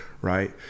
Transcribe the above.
Right